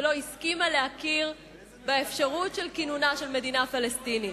ולא הסכימה להכיר באפשרות של כינונה של מדינה פלסטינית.